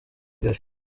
kigali